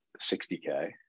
60K